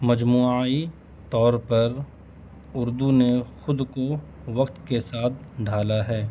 مجموعی طور پر اردو نے خود کو وقت کے ساتھ ڈھالا ہے